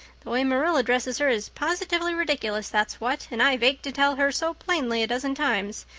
the way marilla dresses her is positively ridiculous, that's what, and i've ached to tell her so plainly a dozen times.